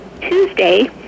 Tuesday